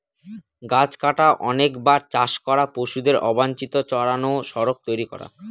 গাছ কাটা, অনেকবার চাষ করা, পশুদের অবাঞ্চিত চড়ানো, সড়ক তৈরী করা